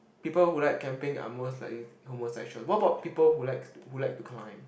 people who like camping are most likely homosexual what about people who like who like to climb